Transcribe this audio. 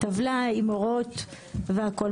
עם הוראות והכול.